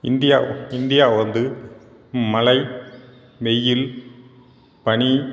India India வந்து மலை வெயில் பனி